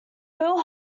phil